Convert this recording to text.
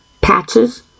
patches